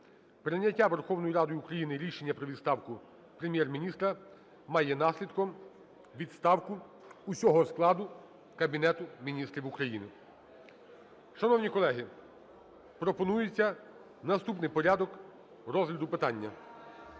Прийняття Верховною Радою України рішення про відставку Прем'єр-міністра має наслідком відставку усього складу Кабінету Міністрів України. Шановні колеги, пропонується наступний порядок розгляду питання.